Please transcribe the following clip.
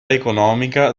economica